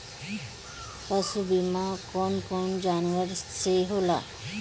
पशु बीमा कौन कौन जानवर के होला?